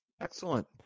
Excellent